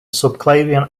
subclavian